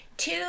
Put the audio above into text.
Two